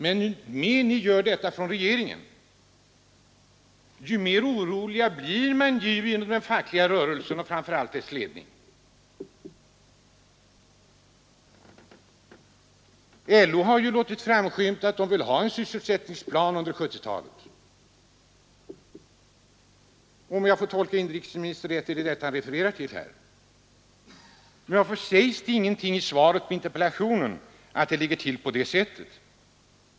Ju mer ni gör detta från regeringen, desto mer orolig blir man inom den fackliga rörelsen, framför allt inom dess ledning. Från LO har man låtit framskymta att man vill ha sysselsättningsplan för 1970-talet, om jag tolkar inrikesministern rätt i det han refererar till här. Men varför sägs det ingenting i svaret på interpellationen om att det ligger till på det sättet?